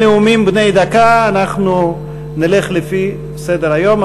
אחרי נאומים בני דקה אנחנו נלך לפי סדר-היום,